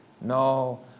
No